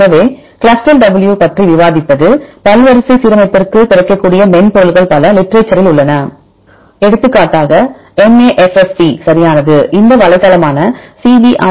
எனவே Clustal W பற்றி விவாதித்தது பல்வரிசை சீரமைப்பிற்கு கிடைக்கக்கூடிய மென்பொருள்கள் பல லிட்றச்சரில் உள்ளன எடுத்துக்காட்டாக MAFFT சரியானது இந்த வலைத்தளமான cbrc